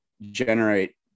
generate